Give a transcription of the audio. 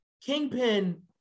Kingpin